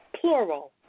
plural